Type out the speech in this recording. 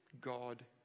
God